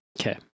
Okay